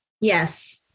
Yes